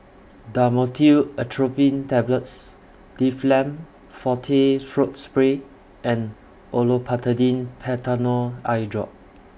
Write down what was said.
Dhamotil Atropine Tablets Difflam Forte Throat Spray and Olopatadine Patanol Eyedrop